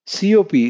COP